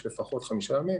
יש לפחות חמישה ימים